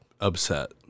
upset